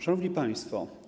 Szanowni Państwo!